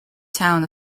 town